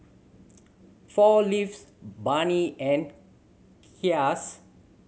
Four Leaves Burnie and Kiehl's